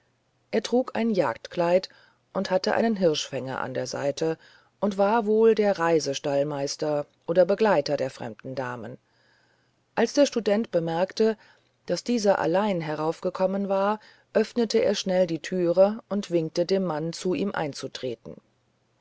er trug ein jagdkleid und hatte einen hirschfänger an der seite und war wohl der reisestallmeister oder begleiter der fremden damen als der student bemerkte daß dieser allein heraufgekommen war öffnete er schnell die türe und winkte dem mann zu ihm einzutreten